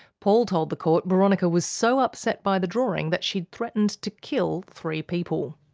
paul told the court boronika was so upset by the drawing that she'd threatened to kill three people.